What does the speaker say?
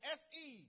se